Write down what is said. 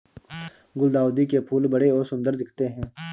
गुलदाउदी के फूल बड़े और सुंदर दिखते है